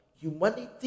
Humanity